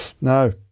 No